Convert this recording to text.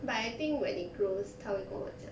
but I think when it grows 他会跟我讲